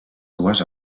dues